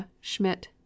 Schmidt